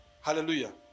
hallelujah